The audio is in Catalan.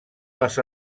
les